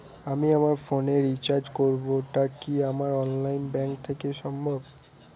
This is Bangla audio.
আমি আমার ফোন এ রিচার্জ করব টা কি আমার অনলাইন ব্যাংক থেকেই সম্ভব?